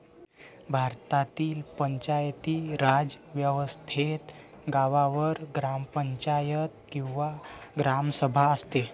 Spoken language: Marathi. भारतातील पंचायती राज व्यवस्थेत गावावर ग्रामपंचायत किंवा ग्रामसभा असते